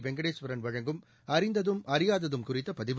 வெங்கடேஸ்வரன் வழங்கும் அறிந்ததும் அறியாததும் குறித்த பதிவு